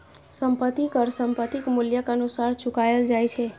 संपत्ति कर संपत्तिक मूल्यक अनुसार चुकाएल जाए छै